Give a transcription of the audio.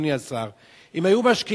אדוני השר; אם היו משקיעים,